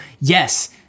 yes